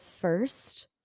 first